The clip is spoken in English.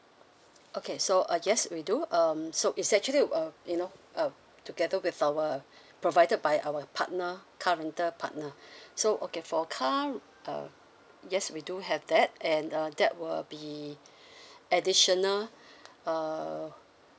okay so uh yes we do um so it's actually uh you know uh together with our provided by our partner car rental partner so okay for car uh yes we do have that and uh that will be additional uh